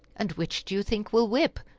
and which do you think will whip?